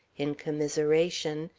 in commiseration,